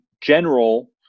general